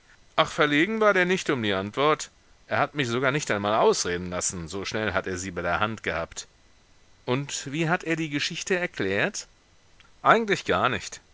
ach verlegen war der nicht um die antwort er hat mich sogar nicht einmal ausreden lassen so schnell hat er sie bei der hand gehabt und wie hat er die geschichte erklärt eigentlich gar nicht